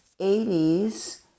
80s